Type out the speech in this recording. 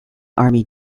army